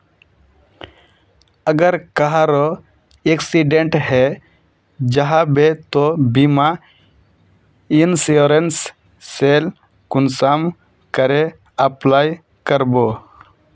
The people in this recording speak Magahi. अगर कहारो एक्सीडेंट है जाहा बे तो बीमा इंश्योरेंस सेल कुंसम करे अप्लाई कर बो?